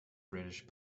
british